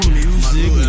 music